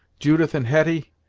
judith and hetty,